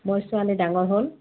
মই ছোৱালী ডাঙৰ হ'ল